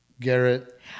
Garrett